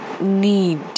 need